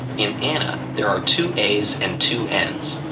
in anna, there are two a's and two n's.